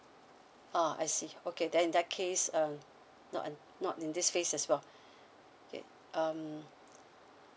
uh I see okay then in that case uh not not in this phase as well okay um